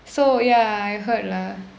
so ya I heard lah